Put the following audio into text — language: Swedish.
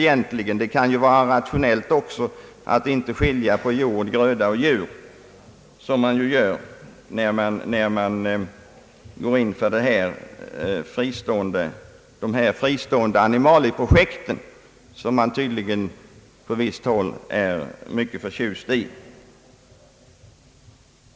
Det kan ju också vara rationellt att inte skilja mellan jord, gröda och djur, som man ju gör när man går in för dessa fristående animalieprojekt som man på visst håll är så förtjust i.